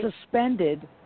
suspended